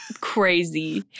Crazy